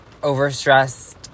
overstressed